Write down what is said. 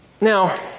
Now